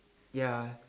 ya